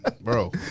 bro